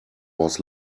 was